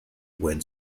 when